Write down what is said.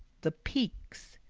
the peaks.